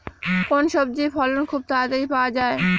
কোন সবজির ফলন খুব তাড়াতাড়ি পাওয়া যায়?